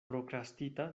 prokrastita